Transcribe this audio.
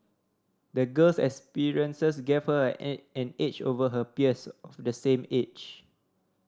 the girl's experiences gave her an an edge over her peers of the same age